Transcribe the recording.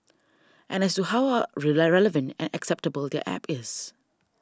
and as to how are relevant and acceptable their app is